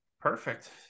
perfect